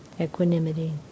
Equanimity